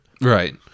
right